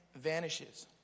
vanishes